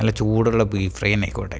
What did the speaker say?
നല്ല ചൂടുള്ള beef fry തന്നെ ആയിക്കോട്ടെ